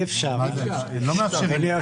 זה בלתי אפשרי,